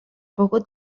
poco